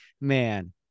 man